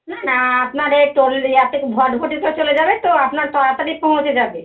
না না আপনার এই টোলরিয়া থেকে ভটভটিতে চলে যাবে তো আপনার তাড়াতাড়ি পৌঁছে যাবে